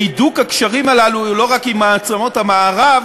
והידוק הקשרים הללו לא רק עם מעצמות המערב